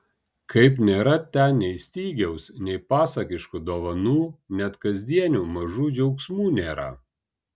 kaip nėra ten nei stygiaus nei pasakiškų dovanų net kasdienių mažų džiaugsmų nėra